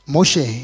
Moshe